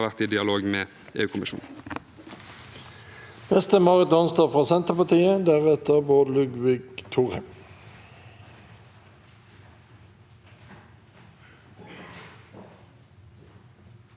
vært i dialog med EU-kommisjonen.